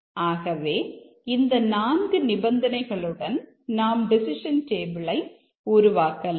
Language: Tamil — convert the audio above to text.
ஆகவே இந்த நான்கு நிபந்தனைகளுடன் நாம் டெசிஷன் டேபிளை உருவாக்கலாம்